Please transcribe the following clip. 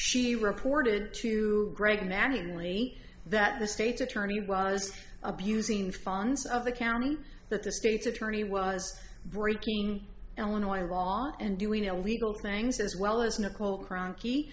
she reported to greg mattingly that the state's attorney was abusing funds of the county that the state's attorney was breaking illinois law and doing illegal things as well as nicole cranky